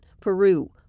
Peru